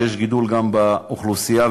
יש גידול גם באוכלוסייה,